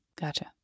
gotcha